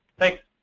thanks.